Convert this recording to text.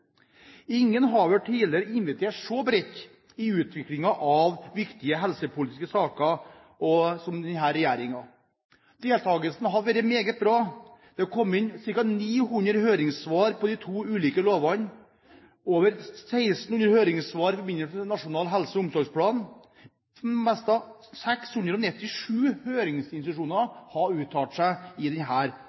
Ingen har vel tidligere invitert så bredt i utviklingen av viktige helsepolitiske saker som denne regjeringen. Deltakelsen har vært meget bra. Det har kommet inn ca. 900 høringssvar på de to ulike lovene, over 1 600 høringssvar i forbindelse med Nasjonal helse- og omsorgsplan, og 697 høringsinstanser har uttalt seg i